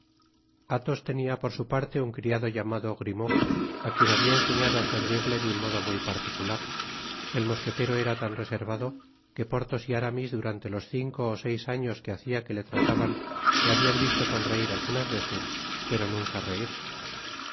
prescindir athos tenia por su parte un criado llamado grimaud á quien habia enseñado á servirle de un modo muy particular el mosquetero era tan reservado que porthoa y aramis durante los cinco ó seis años que hacia que le trataban le habian visto sonreír algunas veces pero nunca reir